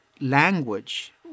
language